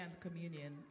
communion